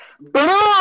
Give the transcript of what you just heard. boom